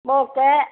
okay